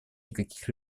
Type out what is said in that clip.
никаких